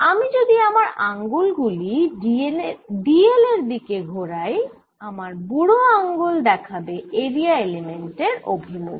আমি যদি আমার আঙ্গুল গুলি dl এর দিকে ঘোরাই আমার বুড়ো আঙ্গুল দেখাবে এরিয়া এলিমেন্টের অভিমুখ